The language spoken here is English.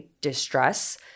distress